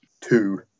two